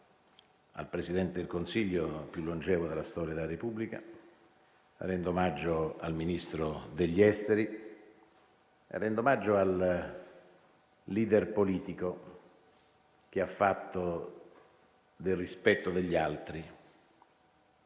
al Presidente del Consiglio più longevo della storia della Repubblica. Rendo omaggio al Ministro degli affari esteri. Rendo omaggio al *leader* politico che ha fatto del rispetto degli altri